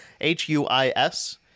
H-U-I-S